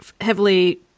heavily